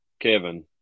Kevin